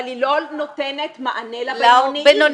אבל היא לא נותנת מענה לבינוניים.